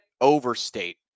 overstate